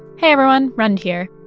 hey, everyone rund here.